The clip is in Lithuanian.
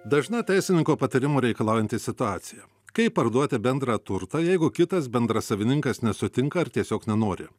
dažna teisininko patarimo reikalaujanti situacija kaip parduoti bendrą turtą jeigu kitas bendrasavininkas nesutinka ar tiesiog nenori